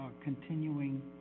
continuing